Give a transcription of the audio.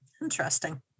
Interesting